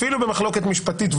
אפילו במחלוקת משפטית,